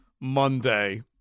Monday